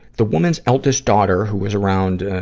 the woman's eldest daughter, who was around,